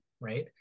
right